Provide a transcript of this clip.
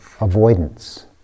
avoidance